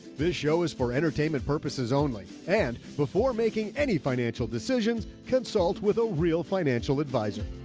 this show is for entertainment purposes only, and before making any financial decisions. consult with a real financial advisor.